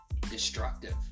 destructive